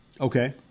Okay